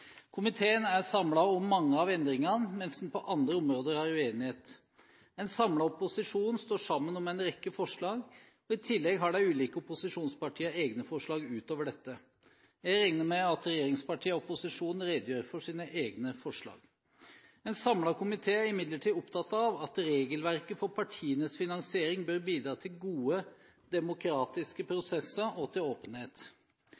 Komiteen er samlet om mange av endringene, mens det på andre områder er uenighet. En samlet opposisjon står sammen om en rekke forslag, og i tillegg har de ulike opposisjonspartiene egne forslag utover dette. Jeg regner med at regjeringspartiene og opposisjonen redegjør for egne forslag. En samlet komité er imidlertid opptatt av at regelverket for partienes finansiering bør bidra til gode demokratiske